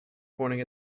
pointing